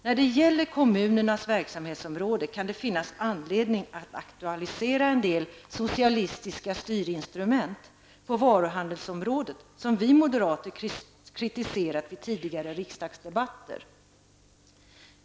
När det gäller kommunernas verksamhetsområde kan det finnas anledning att aktualisera en del socialistiska styrinstrument på varuhandelsområdet som vi moderater har kritiserat vid tidigare riksdagsdebatter.